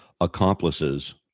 accomplices